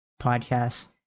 podcast